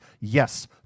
yes